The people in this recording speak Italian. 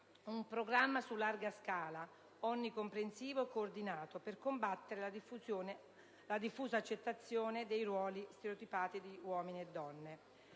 un programma su larga scala, onnicomprensivo e coordinato, per combattere la diffusa accettazione di ruoli stereotipati di uomini e donne.